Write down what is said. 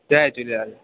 Jay Jhulelal